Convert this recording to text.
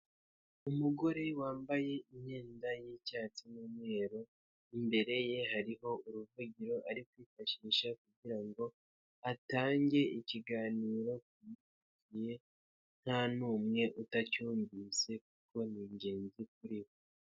Umugore wambaye imyenda y'icyatsi n'umweru, imbere ye hariho uruvugiro ari kwifashisha kugira ngo atange ikiganiro, ku gihe nta n'umwe utacyumvise kuko ni ingenzi kuri we.